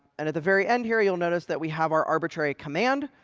and at the very end here, you'll notice that we have our arbitrary command.